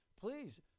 Please